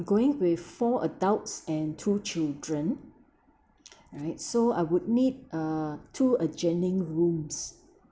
going with four adults and two children right so I would need uh two adjoining rooms